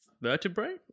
vertebrae